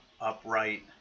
upright